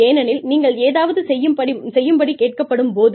ஏனெனில் நீங்கள் ஏதாவது செய்யும்படி கேட்கப்படும் போது